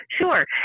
Sure